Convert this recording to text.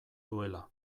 duela